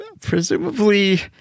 Presumably